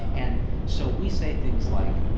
and so we say things like,